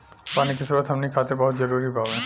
पानी के स्रोत हमनी खातीर बहुत जरूरी बावे